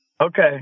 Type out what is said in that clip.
Okay